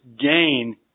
gain